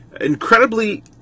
incredibly